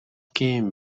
came